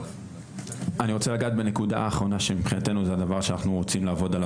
אני רוצה לגעת בנקודה האחרונה שמבחינתנו אנחנו רוצים לעבוד,